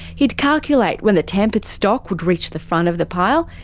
he'd calculate when the tampered stock would reach the front of the pile,